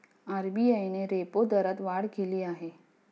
RBI ने repo दरात वाढ केली आहे